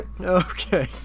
Okay